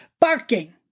barking